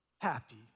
happy